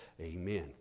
Amen